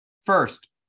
First